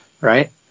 right